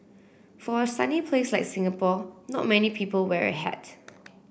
for a sunny place like Singapore not many people wear a hat